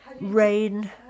rain